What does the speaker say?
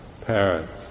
parents